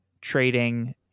trading